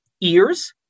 ears